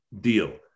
deal